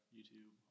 YouTube